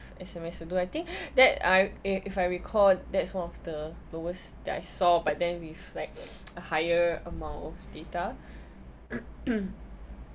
S_M_S will do I think that I if I recall that's one of the lowest that I saw but then with like a higher amount of data